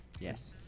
Yes